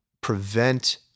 prevent